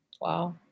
Wow